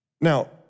Now